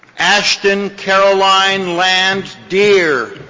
ashton caroline lambs-deere.